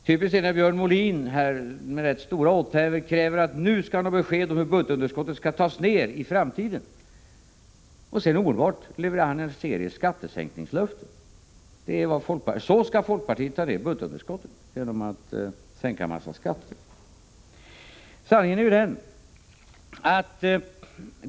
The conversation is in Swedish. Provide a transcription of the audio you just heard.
Typiskt är det när Björn Molin med rätt stora åthävor kräver besked om hur budgetunderskottet skall tas ned i framtiden och han sedan omedelbart därefter levererar en serie skattesänkningslöften. Så skall folkpartiet ta ner budgetunderskottet — genom att sänka en massa skatter!